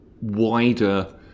wider